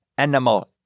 Animal